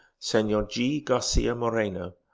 senor g. garcia moreno,